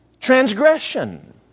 transgression